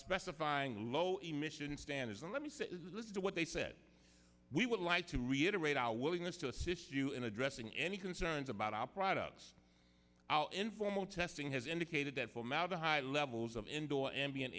specifying low emission standards and let me say this is what they said we would like to reiterate our willingness to assist you in addressing any concerns about our products out informal testing has indicated that formaldehyde levels of indoor